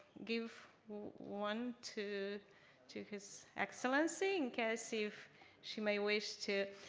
give one to to his excellency. in case if she may wish to.